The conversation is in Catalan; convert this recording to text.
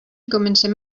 comencem